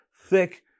thick